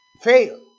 fail